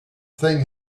thing